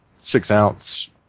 six-ounce